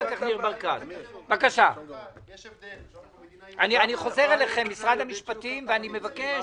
אני חוזר אליכם, משרד המשפטים ואני מבקש,